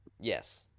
Yes